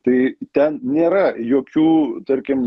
tai ten nėra jokių tarkim